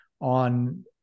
on